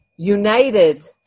united